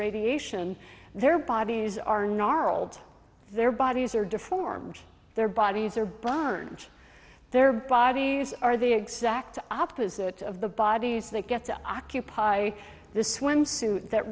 radiation their bodies are gnarled their bodies are deformed their bodies are burnt their bodies are the exact opposite of the bodies they get to occupy this swimsuit that